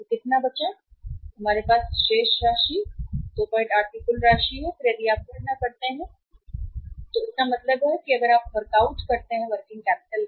तो कितना बचा है हमारे पास शेष राशि इस 28 की कुल राशि है और फिर यदि आप गणना करते हैं तो इसका मतलब शुद्ध है अगर आप वर्कआउट करते हैं तो वर्किंग कैपिटल